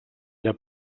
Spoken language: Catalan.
era